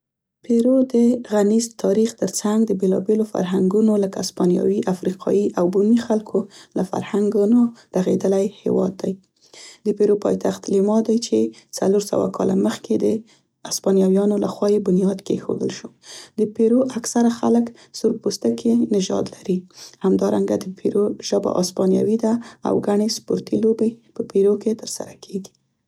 پیرو د غني تاریخ تر څنګ د بیلابیلو فرهنګونو لکه اسپانیاوي، افریقايي او بومي خلکو له فرهنګونو رغیدلی هیواد دی. د پیرو پایتخت لیما دی چې څلور سوه کاله مخکې د اسپانیاویانو لخوا یې بنیاد کیښودل شو. د پیرو اکثره خلک سورپوستکي نژاد لري. همدارنګه د پیرو ژبه اسپانیوي ده او ګڼې سپورتي لوبې په پیرو کې تر سره کیګي.